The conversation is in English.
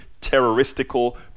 terroristical